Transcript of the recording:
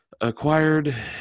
acquired